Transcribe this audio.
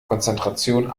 konzentration